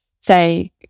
say